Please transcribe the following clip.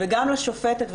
וגם לשופטת,